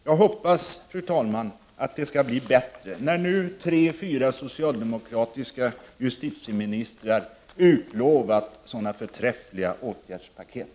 Jag hoppas, fru talman, att det skall bli bättre, när nu tre eller fyra socialdemokratiska justitieministrar har utlovat sådana förträffliga åtgärdspaket!